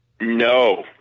No